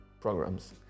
programs